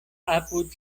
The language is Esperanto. apud